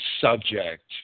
subject